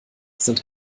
sind